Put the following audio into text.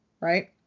right